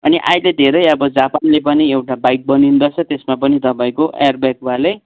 अनि अहिले धेरै अब जापानले पनि एउटा बाइक बनिँदैछ त्यसमा पनि तपाईँको एयरब्यागवाला